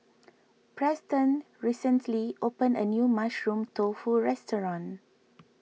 Preston recently opened a new Mushroom Tofu restaurant